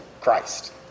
Christ